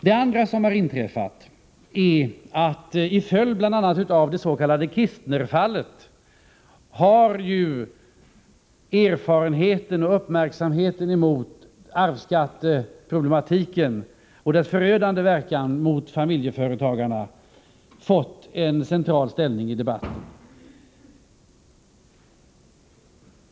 Det andra som har inträffat är att till följd av bl.a. det s.k. Kistner-fallet har erfarenheten av och uppmärksamheten beträffande arvsskatteproblematiken och dess förödande verkan när det gäller familjeföretagarna fått en central ställning i debatten.